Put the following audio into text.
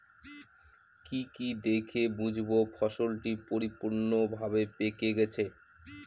কি কি দেখে বুঝব ফসলটি পরিপূর্ণভাবে পেকে গেছে?